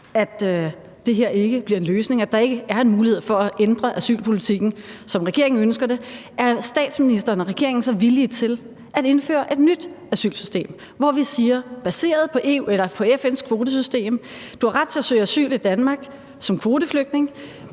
at det her ikke bliver en løsning, at der ikke er en mulighed for at ændre asylpolitikken, som regeringen ønsker det, er statsministeren og regeringen så villige til at indføre et nyt asylsystem, hvor vi baseret på FN's kvotesystem siger: Du har ret til at søge asyl i Danmark som kvoteflygtning,